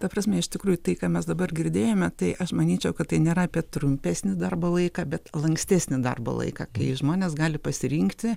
ta prasme iš tikrųjų tai ką mes dabar girdėjome tai aš manyčiau kad tai nėra apie trumpesnį darbo laiką bet lankstesnį darbo laiką kai žmonės gali pasirinkti